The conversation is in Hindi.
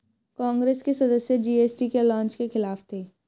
कांग्रेस के सदस्य जी.एस.टी के लॉन्च के खिलाफ थे